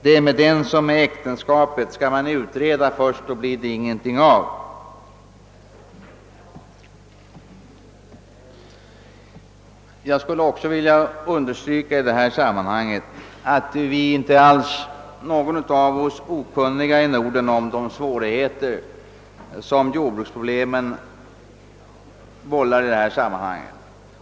Det är med den som med äktenskapet; skall man utreda först blir det ingenting av. Jag skulle också vilja understryka att ingen av oss är okunnig om de svårigheter som jordbrukspolitiken vållar i detta sammanhang.